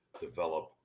develop